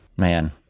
man